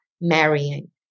marrying